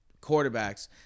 quarterbacks